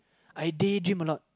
I daydream a lot